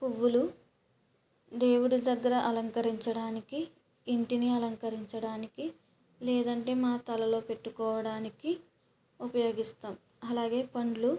పువ్వులు దేవుడి దగ్గర అలంకరించడానికి ఇంటిని అలంకరించడానికి లేదంటే మా తలలో పెట్టుకోవడానికి ఉపయోగిస్తాం అలాగే పండ్లు